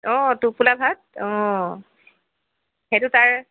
অ' তোপোলা ভাত অ' সেইটো তাৰ